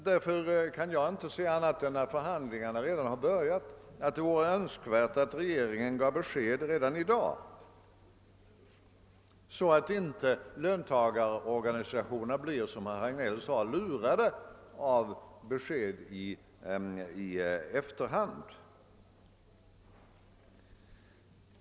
Därför kan jag inte, med hänsyn till att avtalsförhand lingarna redan har börjat, se annat än att det vore önskvärt att regeringen gav besked redan i dag, så att inte löntagarorganisationerna blir, som herr Hagnell sade, lurade av besked i efterhand.